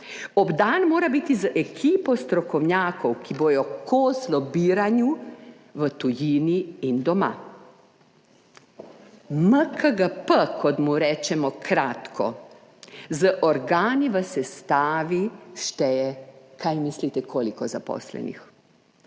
Obdan mora biti z ekipo strokovnjakov, ki bodo kos lobiranju v tujini in doma. MKGP, kot mu rečemo kratko, z organi v sestavi šteje - kaj mislite koliko zaposlenih?